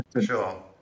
Sure